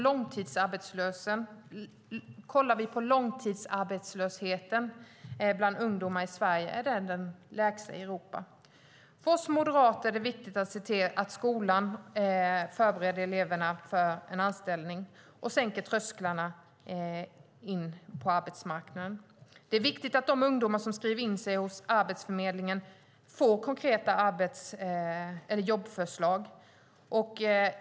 Långtidsarbetslösheten bland ungdomar i Sverige är den lägsta i Europa. För oss moderater är det viktigt att se till att skolan förbereder eleverna för en anställning och sänker trösklarna in på arbetsmarknaden. Det är viktigt att de ungdomar som skriver in sig hos Arbetsförmedlingen får konkreta jobbförslag.